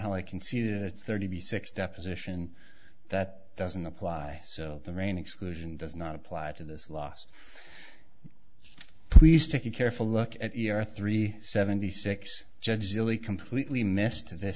how i can see it it's thirty six deposition that doesn't apply so the rain exclusion does not apply to this last please take a careful look at your three seventy six judge really completely missed t